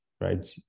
right